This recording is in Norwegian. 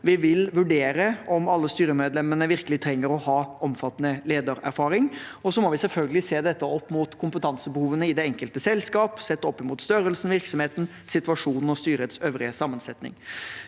Vi vil vurdere om alle styremedlemmer virkelig trenger å ha omfattende ledererfaring. Vi må selvfølgelig se dette opp mot kompetansebehovene i det enkelte selskap og opp mot størrelse, virksomhet, situasjon og styrets øvrige sammensetning.